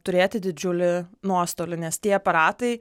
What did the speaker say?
turėti didžiulį nuostolį nes tie aparatai